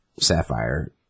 Sapphire